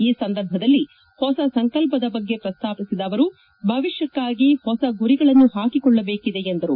ಈ ಸಂದರ್ಭದಲ್ಲಿ ಹೊಸ ಸಂಕಲ್ಲದ ಬಗ್ಗೆ ಪ್ರಸ್ತಾಪಿಸಿದ ಅವರು ಭವಿಷ್ಯಕ್ಕಾಗಿ ಹೊಸ ಗುರಿಗಳನ್ನು ಹಾಕಿಕೊಳ್ಳಬೇಕಿದೆ ಎಂದರು